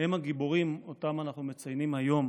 הם הגיבורים שאותם אנחנו מוקירים היום,